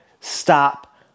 stop